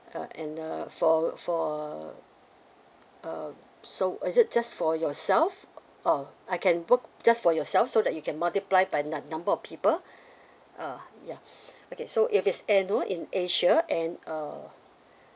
uh and uh for for uh so is it just for yourself oh I can book just for yourself so that you can multiply by num~ number of people uh ya okay so if it's annual in asia and uh